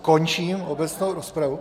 Končím obecnou rozpravu.